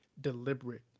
deliberate